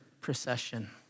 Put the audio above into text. procession